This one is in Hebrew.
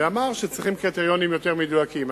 ואמר שצריכים קריטריונים יותר מדויקים.